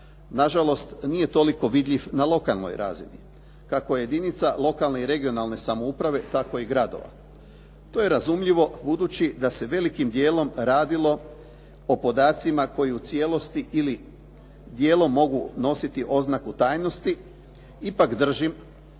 na žalost nije toliko vidljiv na lokalnoj razini. Kako jedinica lokalne i regionalne samouprave, tako i gradova. To je razumljivo budući da se velikim dijelom radilo o podacima koji u cijelosti ili dijelom mogu nositi oznake tajnosti, ipak držim da